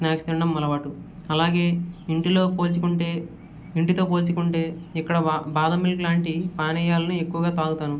snacks తినడం అలవాటు అలాగే ఇంటిలో పోల్చుకుంటే ఇంటితో పోల్చుకుంటే ఇక్కడ బాధం మిల్క్ లాంటి పానీయాలని ఎక్కువగా తాగుతాను